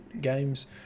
Games